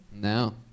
No